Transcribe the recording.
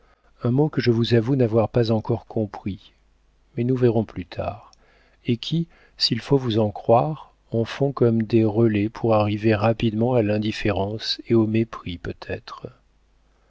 un mot que je vous avoue n'avoir pas encore compris mais nous verrons plus tard et qui s'il faut vous en croire en font comme des relais pour arriver rapidement à l'indifférence et au mépris peut-être